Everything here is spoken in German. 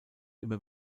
immer